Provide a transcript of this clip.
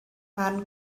man